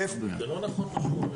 --- זה לא נכון מה שהוא אומר.